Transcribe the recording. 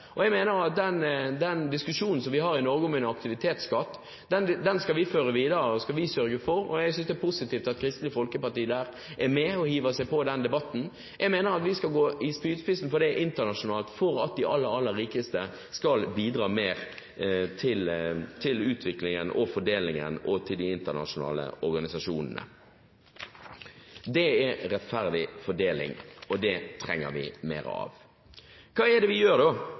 mener jeg at vi skal være en spydspiss internasjonalt for å sørge for at de som er rikest, og finanssektoren bidrar mer. Den diskusjonen som vi har i Norge om en aktivitetsskatt, skal vi sørge for å føre videre, og jeg synes det er positivt at Kristelig Folkeparti hiver seg på den debatten. Jeg mener at vi skal være en spydspiss internasjonalt for at de aller, aller rikeste skal bidra mer til utviklingen og fordelingen og til de internasjonale organisasjonene. Det er rettferdig fordeling, og det trenger vi mer av. Hva er det vi gjør, da?